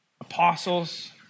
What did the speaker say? apostles